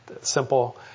simple